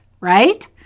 right